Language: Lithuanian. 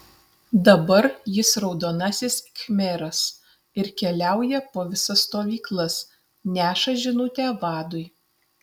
dabar jis raudonasis khmeras ir keliauja po visas stovyklas neša žinutę vadui